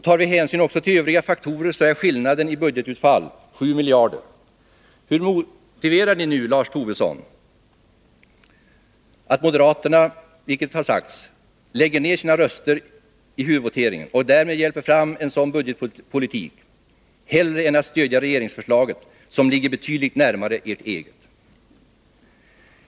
Tar vi hänsyn också till övriga faktorer är skillnaden i budgetutfall 7 miljarder. Hur motiverar ni, Lars Tobisson, att moderaterna — vilket har sagts — lägger ned sina röster i huvudvoteringen och därmed hjälper fram en sådan budgetpolitik hellre än att stödja regeringens förslag, som ligger betydligt närmare ert eget?